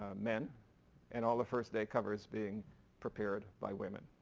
ah men and all the first day covers being prepared by women.